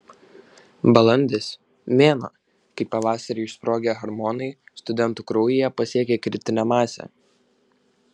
balandis mėnuo kai pavasarį išsprogę hormonai studentų kraujyje pasiekia kritinę masę